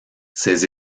ses